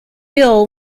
bill